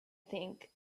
think